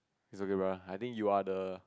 it's okay brother I think you are the